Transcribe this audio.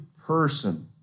person